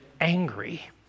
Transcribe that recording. angry